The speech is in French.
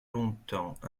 longtemps